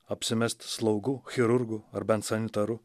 apsimest slaugu chirurgu ar bent sanitaru